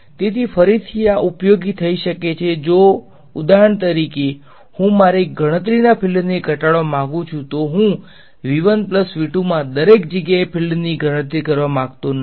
તેથી ફરીથી આ ઉપયોગી થઈ શકે છે જો ઉદાહરણ તરીકે હું મારી ગણતરીના ફિલ્ડને ઘટાડવા માંગુ છું તો હું મા દરેક જગ્યાએ ફિલ્ડ્ની ગણતરી કરવા માંગતો નથી